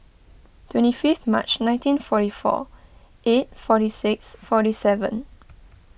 twenty fifth March nineteen forty four eight forty six forty seven